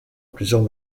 plusieurs